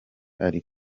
ari